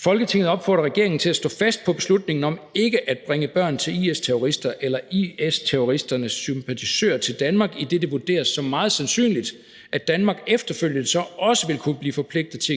»Folketinget opfordrer regeringen til at stå fast på beslutningen om ikke at bringe børn af IS-terrorister eller IS-terroristernes sympatisører til Danmark, idet det vurderes som meget sandsynligt, at Danmark efterfølgende så også vil kunne blive forpligtet til at give børnenes